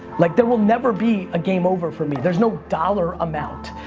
like there will never be a game over for me. there's no dollar amount.